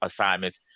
assignments